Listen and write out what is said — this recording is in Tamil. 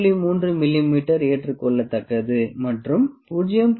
3 மிமீ ஏற்றுக்கொள்ளத்தக்கது மற்றும் 0